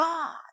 God